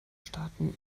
staaten